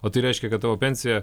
o tai reiškia kad tavo pensija